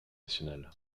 national